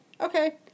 Okay